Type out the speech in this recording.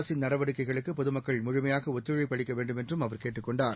அரசின் நடவடிக்கைகளுக்கு பொதுமக்கள் முழுமையாக ஒத்துழைப்பு அளிக்க வேண்டுமென்றும் அவர் கேட்டுக் கொண்டார்